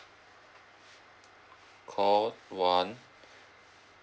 call one